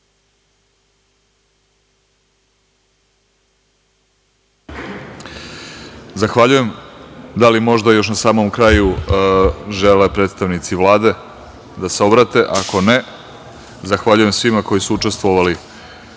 Zahvaljujem. Da li možda, još na samom kraju, žele predstavnici Vlade da se obrate? Ako ne, zahvaljujem svima koji su učestvovali